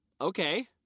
Okay